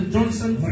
Johnson